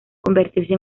convertirse